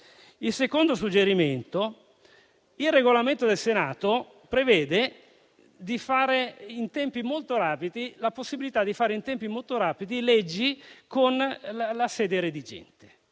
Il secondo suggerimento è che il Regolamento del Senato prevede la possibilità di fare leggi in tempi molto rapidi con la sede redigente.